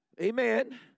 Amen